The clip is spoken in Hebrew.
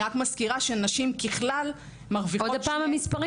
רק מזכירה שנשים ככלל מרוויחות כשני שליש